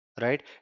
right